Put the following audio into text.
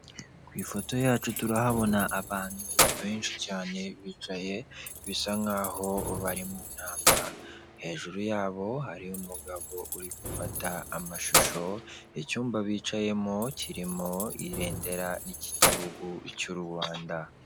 Ku ifoto yacu turahabona abantu benshi cyane bicaye bisa nkaho bari mu nama hejuru yabo hari umugabo uri gufata amashusho, icyumba bicayemo kirimo ibendera ry'igihugu cy' u Rwanda.